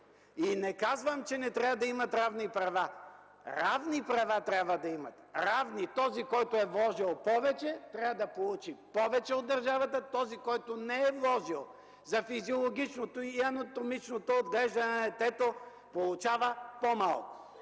и не казвам, че не трябва да имат равни права. Равни права трябва да имат. Равни – този, който е вложил повече, трябва да получи повече от държавата, този, който не е вложил за физиологичното и анатомичното отглеждане на детето, получава по-малко.